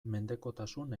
mendekotasun